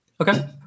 Okay